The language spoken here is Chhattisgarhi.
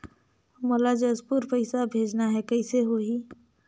मोला जशपुर पइसा भेजना हैं, कइसे होही?